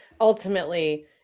Ultimately